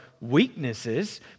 weaknesses